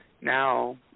now